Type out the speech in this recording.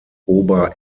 ober